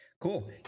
cool